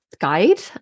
guide